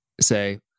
say